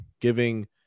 giving